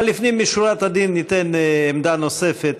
אבל לפני משורת הדין ניתן עמדה נוספת,